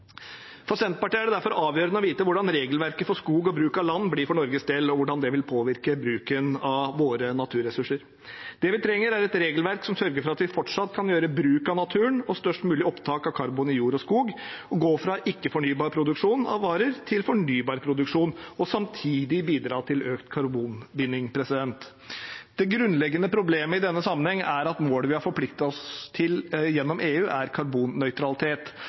For Senterpartiet er det derfor avgjørende å vite hvordan regelverket for skog og bruk av land blir for Norges del, og hvordan det vil påvirke bruken av våre naturressurser. Det vi trenger, er et regelverk som sørger for at vi fortsatt kan gjøre bruk av naturen og få størst mulig opptak av karbon i jord og skog og gå fra ikke-fornybar produksjon av varer til fornybar produksjon og samtidig bidra til økt karbonbinding. Det grunnleggende problemet i denne sammenheng er at målene vi har forpliktet oss til gjennom EU, er karbonnøytralitet,